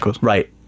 Right